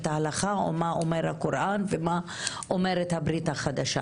ההלכה או מה אומר הקוראן ומה אומרת הברית החדשה.